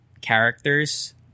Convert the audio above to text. characters